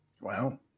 Wow